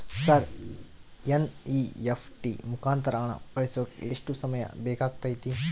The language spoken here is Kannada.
ಸರ್ ಎನ್.ಇ.ಎಫ್.ಟಿ ಮುಖಾಂತರ ಹಣ ಕಳಿಸೋಕೆ ಎಷ್ಟು ಸಮಯ ಬೇಕಾಗುತೈತಿ?